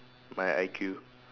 my I_Q